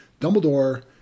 Dumbledore